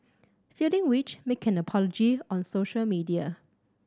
feeling which make an apology on social media